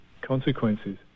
Consequences